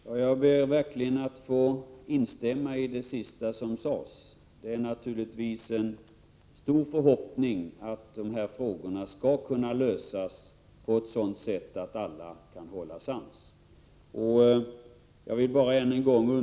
Herr talman! Jag ber verkligen att få instämma i det sista som sades. Det är naturligtvis en stor förhoppning att dessa frågor skall kunna lösas på ett sådant sätt att alla kan hålla sams.